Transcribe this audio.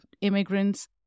immigrants